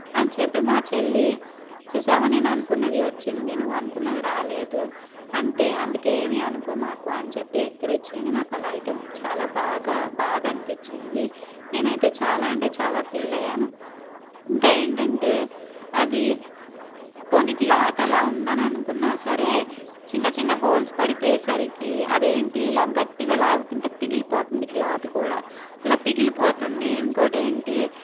అని చెప్పి మా చెల్లి చూసావా నేను అనుకున్నది వచ్చింది నువ్వు అనుకున్నది రాలేదు అంతే అందుకే ఏమీ అనుకోకు అని చెప్పి వెక్కిరించింది నాకు అలా అయితే చాలా బాగా బాధ అనిపించింది నేను అయితే చాలా అంటే చాలా ఫీల్ అయ్యాను ఇంకా ఏంటంటే అది పోనీ క్లాత్ అలా ఉందని అనుకున్నా సరే చిన్న చిన్న హోల్స్ పడిపోయేసరికి అదేంటి ఇలా గట్టిగా లాగుతుంటే పిగిలిపోతుంది క్లాత్ కూడా అలా పిగిలిపోతుంది ఇంకోకటి ఏంటి